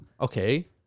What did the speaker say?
Okay